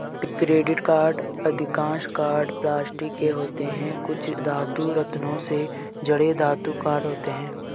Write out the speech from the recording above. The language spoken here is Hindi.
क्रेडिट कार्ड अधिकांश कार्ड प्लास्टिक के होते हैं, कुछ धातु, रत्नों से जड़े धातु कार्ड होते हैं